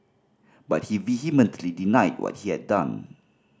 but he vehemently denied what he had done